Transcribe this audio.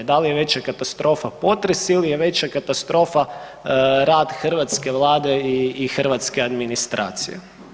Da li je veća katastrofa potres ili je veća katastrofa rad hrvatske Vlade i hrvatske administracije.